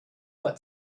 but